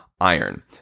iron